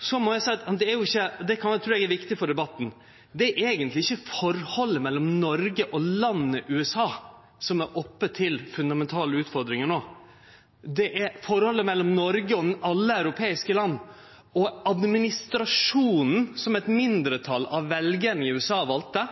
Så må eg seie – og det trur eg er viktig for debatten – at det eigentleg ikkje er forholdet mellom Noreg og landet USA som står overfor fundamentale utfordringar no, det er forholdet mellom Noreg og alle andre europeiske land og administrasjonen som eit mindretal av veljarane i USA valde,